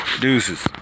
Deuces